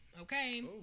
Okay